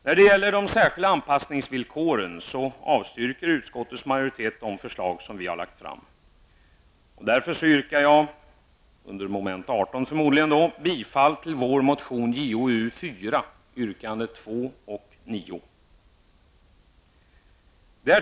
När det gäller de särskilda anpassningsvillkoren avstyrker utskottets majoritet de förslag som vi har lagt fram. Jag yrkar därför under mom. 18 bifall till vår motion Jo4, yrkandena 2 och 9.